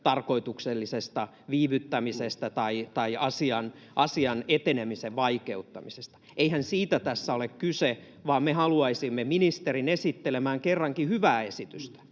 tarkoituksellisesta viivyttämisestä tai asian etenemisen vaikeuttamisesta. Eihän siitä tässä ole kyse, vaan me haluaisimme ministerin esittelemään kerrankin hyvää esitystä,